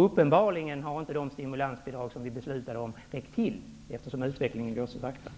Uppenbarligen har de stimulansbidrag som vi har beslutat om inte räckt till, eftersom utvecklingen går så sakta.